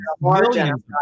millions